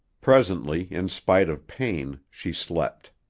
presently, in spite of pain, she slept.